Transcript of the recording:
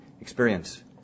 experience